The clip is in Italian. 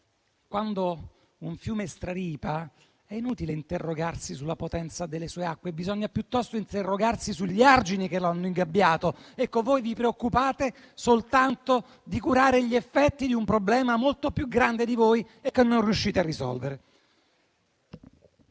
quando un fiume straripa, è inutile interrogarsi sulla potenza delle sue acque: bisogna piuttosto interrogarsi sugli argini che l'hanno ingabbiato. Ecco, voi vi preoccupate soltanto di curare gli effetti di un problema molto più grande di voi, che non riuscite a risolvere.